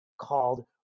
called